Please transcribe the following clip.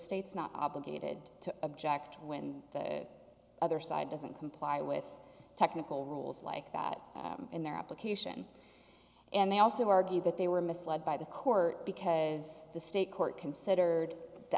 state's not obligated to object when the other side doesn't comply with technical rules like that in their application and they also argue that they were misled by the court because the state court considered the